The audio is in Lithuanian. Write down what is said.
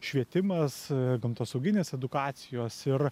švietimas gamtosauginės edukacijos ir